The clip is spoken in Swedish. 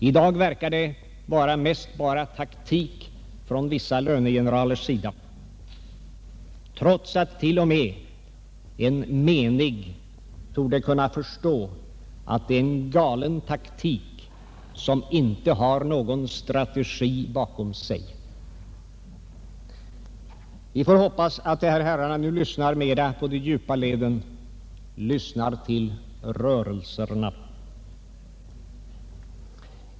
I dag verkar det vara mest taktik från vissa lönegeneralers sida trots att t.o.m. en menig torde kunna förstå att det är en galen taktik som inte har någon strategi bakom sig. Vi får hoppas att de här herrarna nu lyssnar mera på de djupa leden, lyssnar till rörelserna.